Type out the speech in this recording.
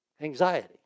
anxiety